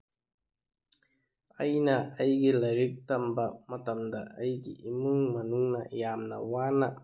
ꯑꯩꯅ ꯑꯩꯒꯤ ꯂꯥꯏꯔꯤꯛ ꯇꯝꯕ ꯃꯇꯝꯗ ꯑꯩꯒꯤ ꯏꯃꯨꯡ ꯃꯅꯨꯡꯅ ꯌꯥꯝꯅ ꯋꯥꯅ